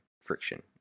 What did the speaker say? friction